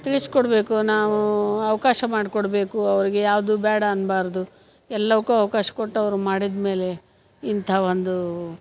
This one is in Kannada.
ತಿಳಿಸಿಕೊಡ್ಬೇಕು ನಾವೂ ಅವಕಾಶ ಮಾಡಿಕೊಡ್ಬೇಕು ಅವ್ರಿಗೆ ಯಾವುದೂ ಬೇಡ ಅನ್ನಬಾರ್ದು ಎಲ್ಲವಕ್ಕೂ ಅವ್ಕಾಶ ಕೊಟ್ಟು ಅವ್ರು ಮಾಡಿದಮೇಲೆ ಇಂಥ ಒಂದು